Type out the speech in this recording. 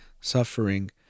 suffering